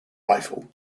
rifle